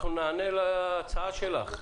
אנחנו ניענה להצעה שלך.